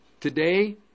Today